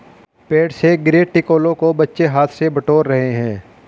पेड़ से गिरे टिकोलों को बच्चे हाथ से बटोर रहे हैं